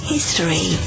History